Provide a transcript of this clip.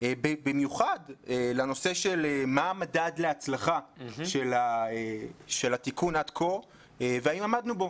במיוחד לשאלה של מה המדד להצלחה של התיקון עד כה והאם עמדנו בו.